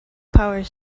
power